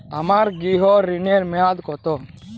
আমার গৃহ ঋণের মেয়াদ কত?